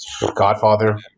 godfather